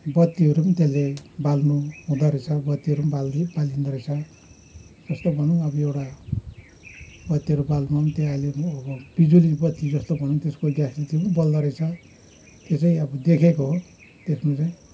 बत्तीहरू पनि त्यसले बाल्नु हुँदोरहेछ बत्तीहरू पनि बालदि बालिँदो रहेछ यस्तो भनौँ अब एउटा बत्तीहरू बाल्नु पनि त्यो अब बिजुली बत्ती जस्तो पनि त्यसको ग्यासले त्यो पनि बल्दोरहेछ त्यो चाहिँ अब देखेको हो देख्नु चाहिँ